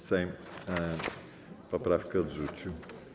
Sejm poprawki odrzucił.